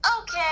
Okay